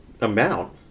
amount